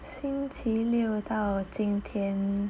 星期六到今天